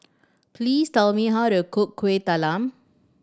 please tell me how to cook Kueh Talam